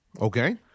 Okay